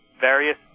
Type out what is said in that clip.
various